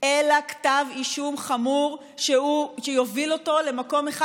אלא כתב אישום חמור שיוביל אותו למקום אחד,